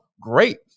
great